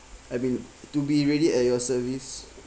I mean to be ready at your service